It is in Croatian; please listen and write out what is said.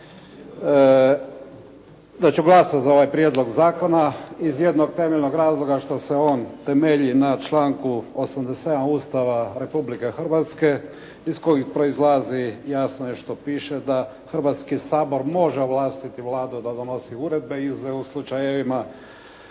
da ću glasati za ovaj prijedlog zakona iz jednog temeljnog razloga što se on temelji na članku 87. Ustava Republike Hrvatske iz kojeg proizlazi, jasno je što piše da Hrvatski sabor može ovlastiti Vladu da donosi uredbe i u slučajevima